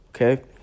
okay